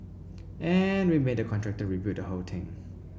and we made the contractor rebuild the whole thing